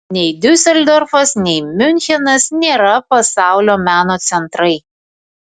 nei diuseldorfas nei miunchenas nėra pasaulio meno centrai